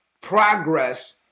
Progress